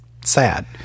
sad